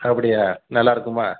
அப்படியா நல்லா இருக்குமா